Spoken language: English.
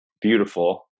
Beautiful